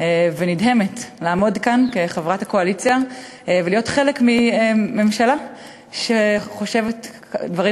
ונדהמת לעמוד כאן כחברת הקואליציה ולהיות חלק מממשלה שחושבת דברים